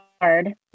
hard